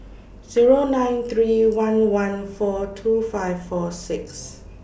Zero nine three one one four two five four six